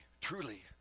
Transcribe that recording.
truly